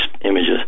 images